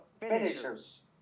finishers